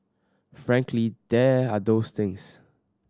frankly there are those things